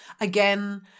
again